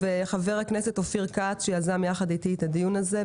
חבר הכנסת אופיר כץ שיזם יחד איתי את הדיון הזה,